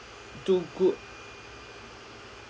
do good